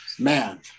man